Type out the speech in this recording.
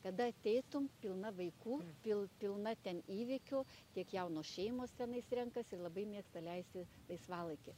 kada ateitum pilna vaikų pil pilna ten įvykių tiek jaunos šeimos tenais renkas ir labai mėgsta leisti laisvalaikį